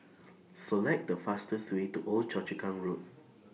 Select The fastest Way to Old Yio Chu Kang Road